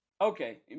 Okay